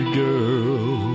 girl